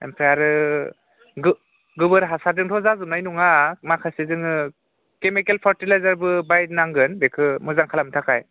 ओमफ्राय आरो गोबोर हासारजोंथ' जाजोबनाय नङा माखासे जोंनो केमिकेल पार्टिलाइजारबो बायनांगौ जागोन बेखो मोजां खालामनो थाखाय